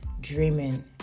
dreaming